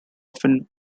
often